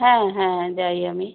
হ্যাঁ হ্যাঁ যাই আমি